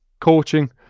coaching